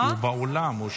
הוא באולם.